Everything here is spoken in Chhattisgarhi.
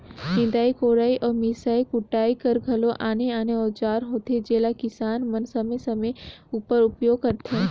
निदई कोड़ई अउ मिसई कुटई कर घलो आने आने अउजार होथे जेला किसान मन समे समे उपर उपियोग करथे